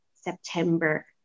September